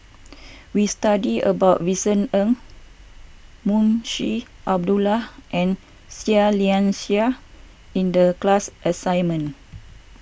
we studied about Vincent Ng Munshi Abdullah and Seah Liang Seah in the class assignment